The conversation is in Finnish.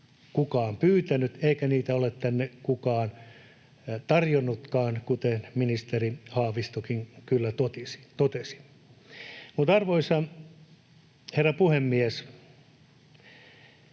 kukaan pyytänyt, eikä niitä ole tänne kukaan tarjonnutkaan, kuten ministeri Haavistokin kyllä totesi. Arvoisa herra puhemies!